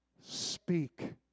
speak